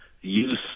use